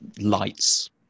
lights